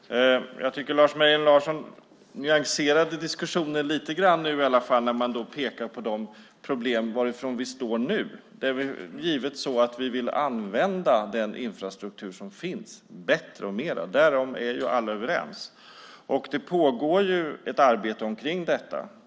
Fru talman! Jag tycker att Lars Mejern Larsson nyanserade diskussionen lite grann när det gäller problemen där vi står nu. Vi vill givetvis använda den infrastruktur som finns bättre och mer - därom är alla överens. Det pågår ett arbete kring detta.